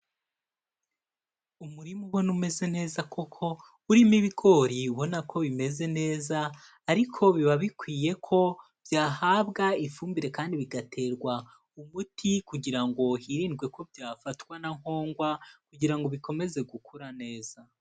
Umurima ubona umeze neza koko, urimo ibigori ubona ko bimeze neza ariko biba bikwiye ko byahabwa ifumbire kandi bigaterwa umuti kugira ngo hirindwe ko byafatwa na nkongwa kugira ngo bikomeze gukura neza.